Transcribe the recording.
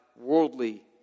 worldly